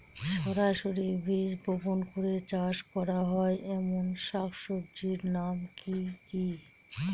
সরাসরি বীজ বপন করে চাষ করা হয় এমন শাকসবজির নাম কি কী?